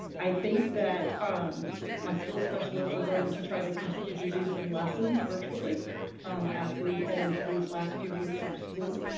i think that um my skills specialists are going to try to continue to do some lessons virtually as we head into these last few weeks of school.